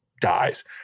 dies